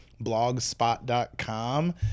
Blogspot.com